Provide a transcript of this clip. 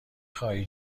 خواهی